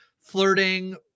flirting